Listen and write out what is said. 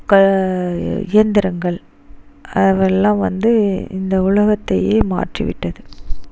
இயந்திரங்கள் அதெல்லாம் வந்து இந்த உலகத்தையே மாற்றி விட்டது